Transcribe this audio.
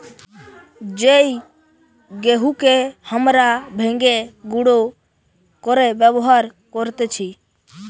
যেই গেহুকে হামরা ভেঙে গুঁড়ো করে ব্যবহার করতেছি